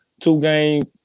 two-game